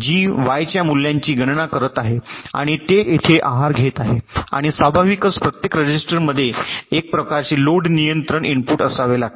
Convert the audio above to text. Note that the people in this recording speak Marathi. जी वायच्या मूल्याची गणना करत आहे आणि ते येथे आहार घेत आहे आणि स्वाभाविकच प्रत्येक रजिस्टरमध्ये एक प्रकारचे लोड नियंत्रण इनपुट असावे लागते